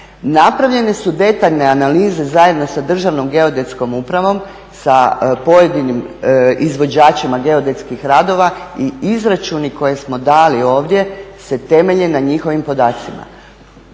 Napravljene su detaljne analize zajedno sa Državnom geodetskom upravom sa pojedinim izvođačima geodetskih radova i izračuni koje smo dali ovdje se temelje na njihovim podacima.